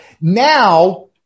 now